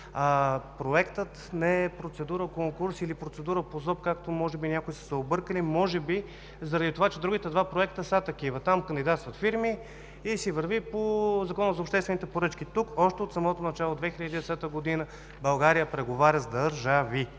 Проектът не е процедура конкурс или процедура по ЗОП, както може би някои са се объркали, може би заради това, че другите два проекта са такива. Там кандидатстват фирми и процедурата си върви по Закона за обществените поръчки. Тук още от самото начало – 2010 г., България преговаря с държави